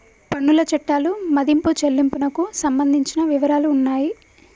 పన్నుల చట్టాలు మదింపు చెల్లింపునకు సంబంధించిన వివరాలు ఉన్నాయి